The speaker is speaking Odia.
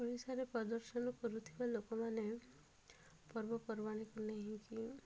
ଓଡ଼ିଶାରେ ପ୍ରଦର୍ଶନ କରୁଥିବା ଲୋକମାନେ ପର୍ବପର୍ବାଣିକୁ ନେଇକରି